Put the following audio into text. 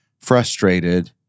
frustrated